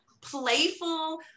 playful